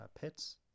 Pets